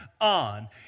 on